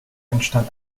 entstand